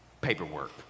paperwork